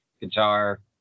guitar